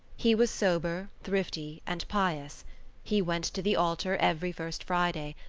he was sober, thrifty and pious he went to the altar every first friday,